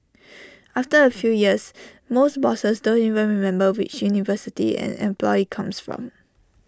after A few years most bosses don't even remember which university an employee comes from